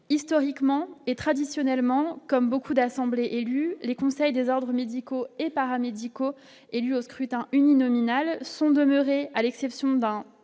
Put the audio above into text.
historiquement et traditionnellement, comme beaucoup d'assemblées élues, les conseils des ordres médicaux et paramédicaux, élus au scrutin uninominal sont demeurés à l'exception d'un